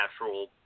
natural